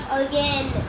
again